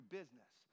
business